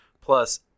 Plus